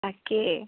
তাকেই